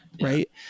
right